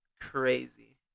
Crazy